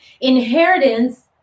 Inheritance